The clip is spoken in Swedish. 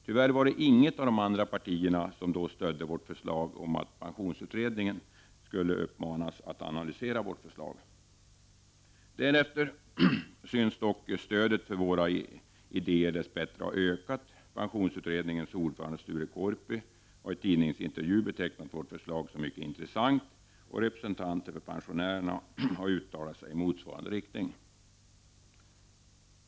Tyvärr var det inget av de andra partierna som då stödde vårt förslag om att pensionsutredningen skulle uppmanas att analysera vårt förslag. Därefter synes dock stödet för våra idéer dess bättre ha ökat. Pensionsutredningens ordförande Sture Korpi har i tidningsintervju betecknat vårt för slag som mycket intressant, och representanter för pensionärerna har uttalat sig i motsvarande riktning.